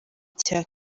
cya